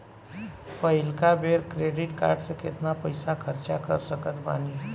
पहिलका बेर credit card से केतना पईसा खर्चा कर सकत बानी?